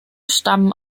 stammen